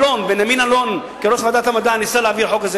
בנימין אלון כראש ועדת המדע ניסה להעביר את החוק הזה